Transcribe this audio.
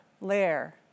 layer